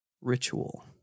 Ritual